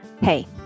Hey